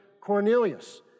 Cornelius